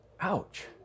Ouch